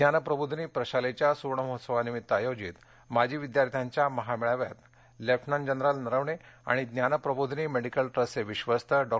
ज्ञान प्रबोधिनी प्रशालेच्या सुवर्ण महोत्सवानिमित्त आयोजित माजी विद्यार्थ्यांच्या महामेळाव्यात लेफ्टनंट जनरल नरवणे आणि ज्ञानप्रबोधिनी मेडिकल ट्रस्टचे विश्वस्त डॉ